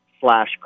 slash